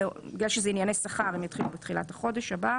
בגלל שזה ענייני שכר הם יתחילו בתחילת החודש הבא.